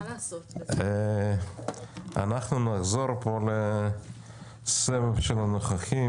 אנחנו נחזור לסבב הנוכחים.